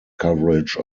coverage